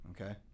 Okay